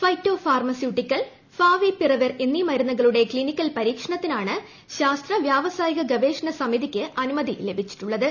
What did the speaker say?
phyto pharmaceutical favipiravir എന്നീ മരുന്നുകളുടെ clinical പരീക്ഷണത്തിനാണ് ശാസ്ത്ര വ്യാവസായിക ഗവേഷണ സമിതിക്ക് അനുമതി ലഭിച്ചിട്ടുള്ളത്